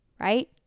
right